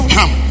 Come